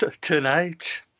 tonight